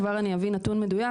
כבר אני אביא נתון מדויק,